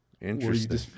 Interesting